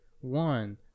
one